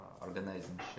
organizing